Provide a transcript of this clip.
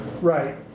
Right